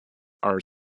are